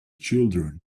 children